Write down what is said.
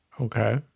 Okay